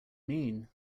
mean